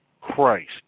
Christ